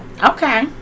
Okay